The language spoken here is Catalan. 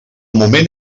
moment